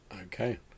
Okay